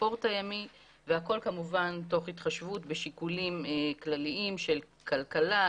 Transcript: הספורט הימי והכול כמובן תוך התחשבות בשיקולים כלליים של כלכלה,